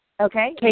Okay